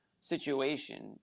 situation